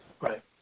Right